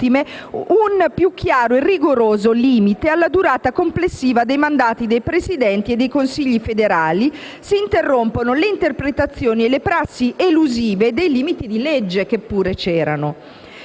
un più chiaro e rigoroso limite alla durata complessiva dei mandati dei presidenti e dei consigli federali, si interrompono le interpretazioni e le prassi elusive dei limiti di legge, che pure c'erano.